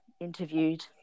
interviewed